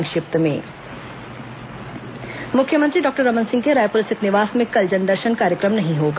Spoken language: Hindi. संक्षिप्त समाचार मुख्यमंत्री डॉक्टर रमन सिंह के रायपुर स्थित निवास में कल जनदर्शन कार्यक्रम नहीं होगा